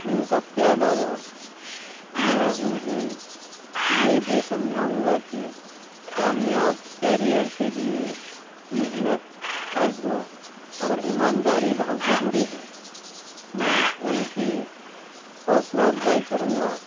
ان سب کے علاوہ میں انہیں یہ بھی سمجھاؤں گا کہ کامیاب کیرئر کے لیے محنت عزم اور ایمانداری بہت ضروری ہے میں ان کی حوصلہ افزائی کروں گا